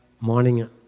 Morning